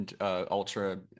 Ultra